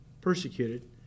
persecuted